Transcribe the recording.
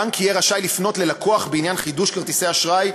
בנק יהיה רשאי לפנות ללקוח בעניין חידוש כרטיסי אשראי,